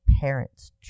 parents